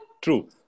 True